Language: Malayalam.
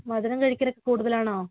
മധുരം കഴിക്കുന്നതൊക്കെ കൂടുതലാണോ